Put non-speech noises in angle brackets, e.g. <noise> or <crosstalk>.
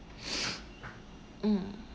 <noise> mm